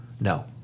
No